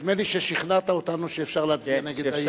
נדמה לי ששכנעת אותנו שאפשר להצביע נגד האי-אמון.